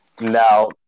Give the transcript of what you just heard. Now